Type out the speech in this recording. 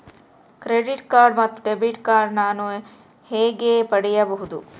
Credit card ಮತ್ತು debit card ನಾನು ಹೇಗೆ ಪಡೆಯಬಹುದು?